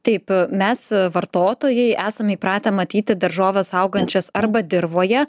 taip mes vartotojai esame įpratę matyti daržoves augančias arba dirvoje